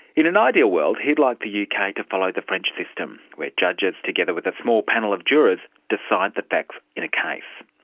in an ideal world, he'd like the uk to follow the french system, where judges, together with a small panel of jurors, decide the facts in a case.